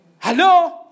Hello